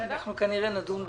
אנחנו כנראה נדון בזה.